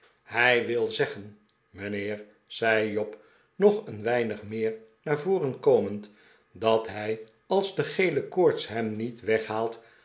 hij wil zeggen mijnheer ze i job nog een weinig meer naar voren komend dat hij als de gele koorts hem niet weghaalt